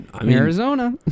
Arizona